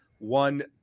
One